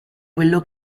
quello